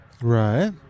Right